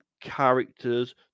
Characters